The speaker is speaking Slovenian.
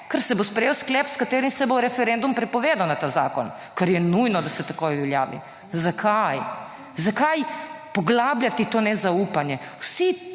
ker se bo sprejel sklep s katerim se bo referendum prepovedal na ta zakon, kar je nujno, da se takoj uveljavi. Zakaj? Zakaj poglabljati to nezaupanje.